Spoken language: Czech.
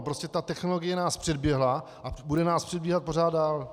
Prostě technologie nás předběhla a bude nás předbíhat pořád dál.